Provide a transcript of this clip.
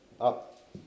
up